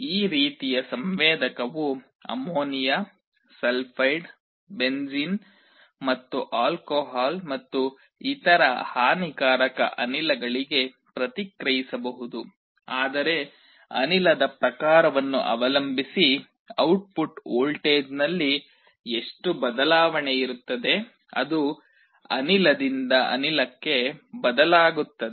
ಈ ರೀತಿಯ ಸಂವೇದಕವು ಅಮೋನಿಯಾ ಸಲ್ಫೈಡ್ ಬೆಂಜೀನ್ ಮತ್ತು ಆಲ್ಕೋಹಾಲ್ ಮತ್ತು ಇತರ ಹಾನಿಕಾರಕ ಅನಿಲಗಳಿಗೆ ಪ್ರತಿಕ್ರಿಯಿಸಬಹುದು ಆದರೆ ಅನಿಲದ ಪ್ರಕಾರವನ್ನು ಅವಲಂಬಿಸಿ ಔಟ್ಪುಟ್ ವೋಲ್ಟೇಜ್ನಲ್ಲಿ ಎಷ್ಟು ಬದಲಾವಣೆ ಇರುತ್ತದೆ ಅದು ಅನಿಲದಿಂದ ಅನಿಲಕ್ಕೆ ಬದಲಾಗುತ್ತದೆ